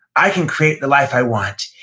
i can create the life i want.